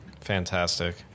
Fantastic